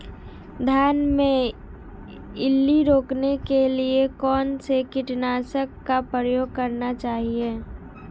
धान में इल्ली रोकने के लिए कौनसे कीटनाशक का प्रयोग करना चाहिए?